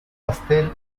pastel